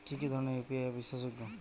কি কি ধরনের ইউ.পি.আই অ্যাপ বিশ্বাসযোগ্য?